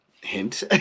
Hint